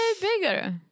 bigger